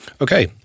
Okay